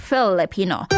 Filipino